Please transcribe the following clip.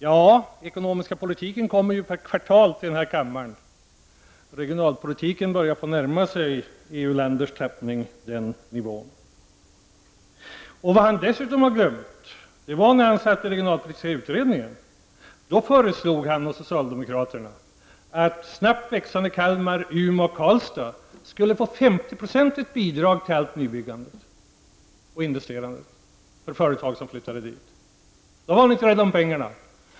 Den ekonomiska politiken tas ju upp en gång per kvartal här i kammaren, och i Lars Ulanders tappning börjar regionalpolitiken närma sig den nivån. Vad Lars Ulander dessutom har glömt är att han i den regionalpolitiska utredningen föreslog att de snabbt växande städerna Kalmar, Umeå och Karlstad skulle få ett 50-procentigt bidrag till allt nybyggande och investerande för företag som flyttade dit. Då var man inte rädd om pengarna.